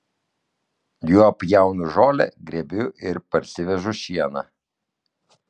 juo pjaunu žolę grėbiu ir parsivežu šieną